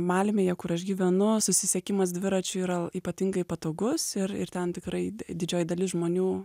malmėje kur aš gyvenu susisiekimas dviračiu yra ypatingai patogus ir ir ten tikrai didžioji dalis žmonių